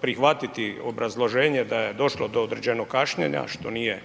prihvatiti obrazloženje da je došlo do određenog kašnjenja što nije